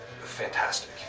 fantastic